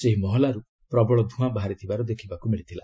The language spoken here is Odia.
ସେହି ମହଲାରୁ ପ୍ରବଳ ଧୂଆଁ ବାହାରିବାର ଦେଖିବାକୁ ମିଳିଥିଲା